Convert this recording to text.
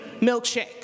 milkshake